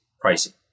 pricing